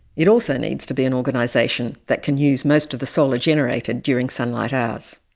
it also needs to be an organisation that can use most of the solar generated during sunlight hours.